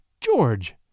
George